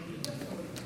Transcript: וביקשה לעצור את